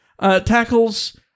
tackles